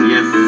Yes